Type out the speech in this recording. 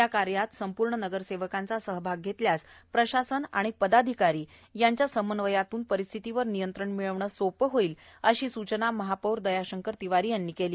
या कार्यात संपूर्ण नगरसेवकांचा सहभाग घेतल्यास प्रशासन आणि पदाधिकारी यांच्या समन्वयातून परिस्थितीवर नियंत्रण मिळविणे सोपे होईल अशी सूचना महापौर दयाशंकर तिवारी यांनी केल्या